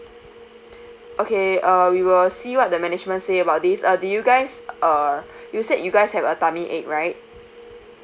okay uh we will see what the management say about this uh did you guys uh you said you guys have a tummy ache right